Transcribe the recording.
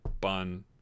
Bun